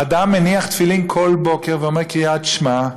אדם מניח תפילין כל בוקר ואומר קריאת שמע,